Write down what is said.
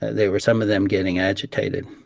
there were some of them getting agitated.